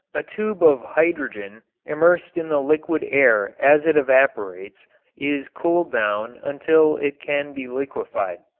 a tube of hydrogen immersed in the liquid air as it evaporates is cooled down until it can be liquefied.